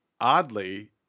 oddly